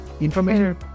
information